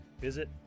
Visit